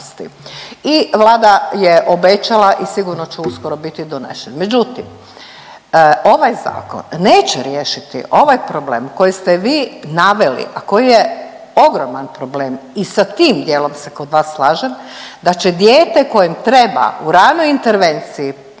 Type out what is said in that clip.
i Vlada je obećala i sigurno će uskoro biti donesen. Međutim, ovaj zakon neće riješiti ovaj problem koji ste vi naveli, a koji je ogroman problem i sa tim dijelom se kod vas slažem da će dijete kojem treba u ranoj intervenciji